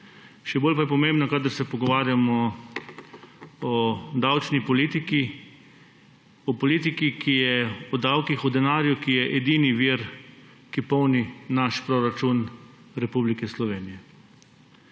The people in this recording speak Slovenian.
Še bolj pa je to pomembno, kadar se pogovarjamo o davčni politiki, o politiki, ki je o davkih, o denarju, ki je edini vir, ki polni naš proračun Republike Slovenije.